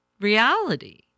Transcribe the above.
reality